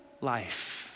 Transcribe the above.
life